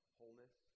wholeness